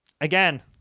Again